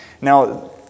Now